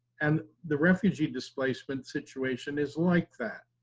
and the refugee displacement situation is like that.